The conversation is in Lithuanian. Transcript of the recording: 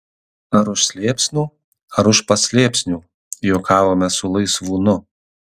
ar už slėpsnų ar už paslėpsnių juokavome su laisvūnu